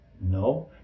No